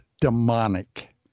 demonic